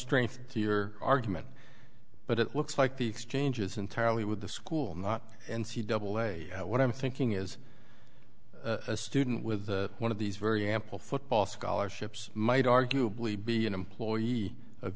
strength to your argument but it looks like the exchange is entirely with the school not and see double a what i'm thinking is a student with one of these very ample football scholarships might arguably be an employee of